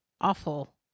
awful